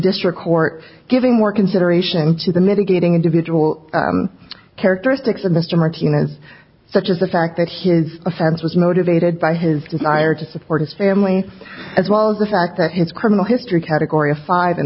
district court giving more consideration to the mitigating individual characteristics of mr martinez such as the fact that his offense was motivated by his desire to support his family as well as the fact that his criminal history category five in